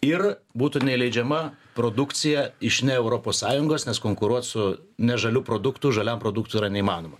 ir būtų neįleidžiama produkcija iš ne europos sąjungos nes konkuruot su nežaliu produktu žaliam produktui yra neįmanoma